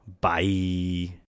Bye